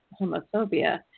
homophobia